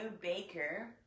Baker